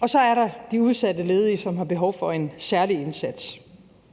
og så er der de udsatte ledige, som har behov for en særlig indsats.